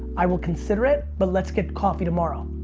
i will consider it but let's get coffee tomorrow.